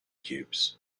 cubes